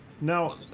now